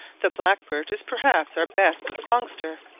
the blackbird is perhaps our best songster,